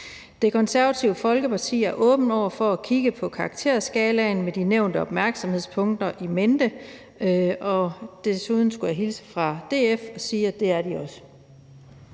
Det Konservative Folkeparti er åbne over for at kigge på karakterskalaen med de nævnte opmærksomhedspunkter in mente. Desuden skulle jeg hilse fra DF og sige, at det er de også.